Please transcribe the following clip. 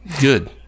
good